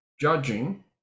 judging